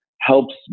helps